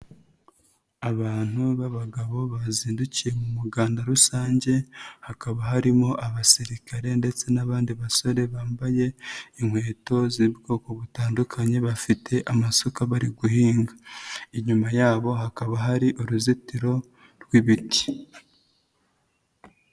Abantu b'abagabo bazindukiye mu muganda rusange, hakaba harimo abasirikare ndetse n'abandi basore bambaye inkweto z'ubwoko butandukanye bafite amasuka bari guhinga. Inyuma yabo hakaba hari uruzitiro rw'ibiti.